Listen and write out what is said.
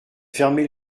fermé